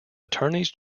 attorneys